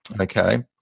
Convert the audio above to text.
okay